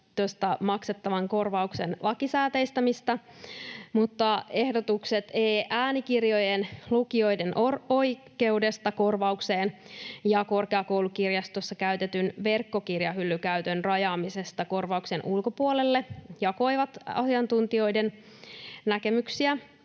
maksettavan korvauksen lakisääteistämistä, mutta ehdotukset e-äänikirjojen lukijoiden oikeudesta korvaukseen ja korkeakoulukirjastoissa käytetyn verkkokirjahyllykäytön rajaamisesta korvauksen ulkopuolelle jakoivat asiantuntijoiden näkemyksiä.